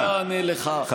אני כמובן גם לזה אענה לך,